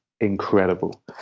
incredible